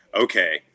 okay